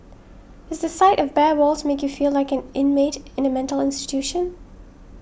does the sight of bare walls make you feel like an inmate in a mental institution